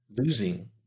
losing